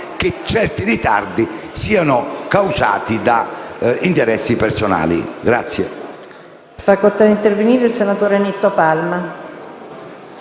che certi ritardi siano causati da interessi personali.